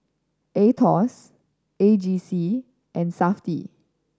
Aetos A G C and Safti